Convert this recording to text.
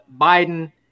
Biden